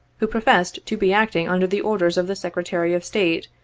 who professed to be acting under the orders of the secretary of state,